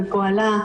פועלה,